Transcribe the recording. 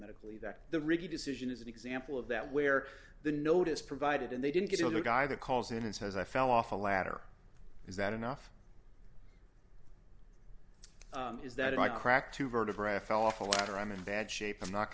medically that the ricky decision is an example of that where the notice provided and they didn't get the guy the calls in and says i fell off a ladder is that enough is that i cracked two vertebrae i fell off a ladder i'm in bad shape i'm not